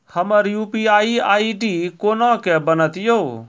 हमर UPI ID कोना के बनत यो?